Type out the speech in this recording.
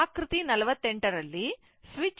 ಆಕೃತಿ 48 ರಲ್ಲಿ ಸ್ವಿಚ್ ಅನ್ನು t 0 ನಲ್ಲಿ ಮುಚ್ಚಲಾಗಿದೆ